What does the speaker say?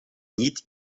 niet